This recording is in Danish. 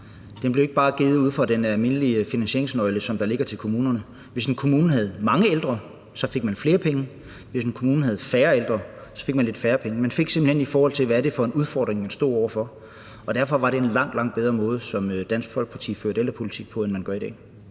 Den blev ikke bare givet ud fra den almindelige finansieringsnøgle, som ligger til kommunerne. Hvis en kommune havde mange ældre, fik man flere penge; hvis en kommune havde færre ældre, fik man lidt færre penge. Man fik simpelt hen, i forhold til hvad det var for en udfordring, man stod over for. Og derfor var det en langt, langt bedre måde, som Dansk Folkeparti førte ældrepolitik på, end den måde, man